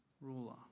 ruler